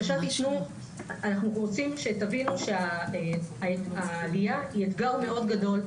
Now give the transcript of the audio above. אנחנו רוצים שתבינו שהעלייה היא אתגר מאוד גדול.